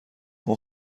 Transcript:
اون